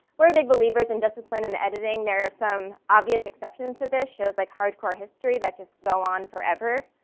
we're big believers in discipline in editing, there's some obvious exceptions to this, shows like hardcore history that just go on forever.